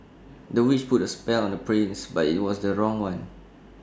the witch put A spell on the prince but IT was the wrong one